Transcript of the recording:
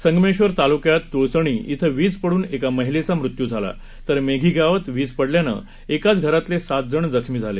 संगमेश्वर तालुक्यात तुळसणी इथं वीज पडून एका महिलेचा मृत्यू झाला तर मेघी गावात वीज पडल्यानं एकाच घरातले सात जण जखमी झाले